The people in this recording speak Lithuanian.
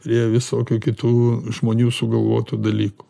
prie visokių kitų žmonių sugalvotų dalykų